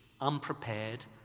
unprepared